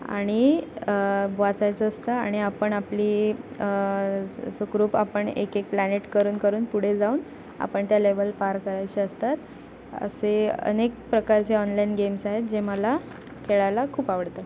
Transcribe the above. आणि वाचायचं असतं आणि आपण आपली सुखरूप आपण एक एक प्लॅनेट करून करून पुढे जाऊन आपण त्या लेवल पार करायचे असतात असे अनेक प्रकारचे ऑनलाईन गेम्स आहेत जे मला खेळायला खूप आवडतात